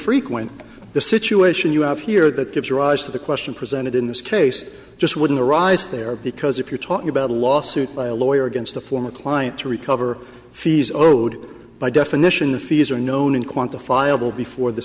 infrequent the situation you have here that gives rise to the question presented in this case just wouldn't arise there because if you're talking about a lawsuit by a lawyer against the former client to recover fees owed by definition the fees are known unquantifiable before the